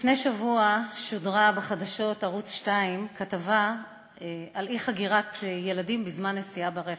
לפני שבוע שודרה בחדשות ערוץ 2 כתבה על אי-חגירת ילדים בזמן נסיעה ברכב.